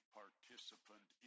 participant